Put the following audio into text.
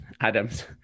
Adam's